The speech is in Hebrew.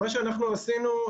מה שאנחנו עשינו,